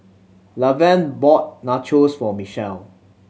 Lavern bought Nachos for Michelle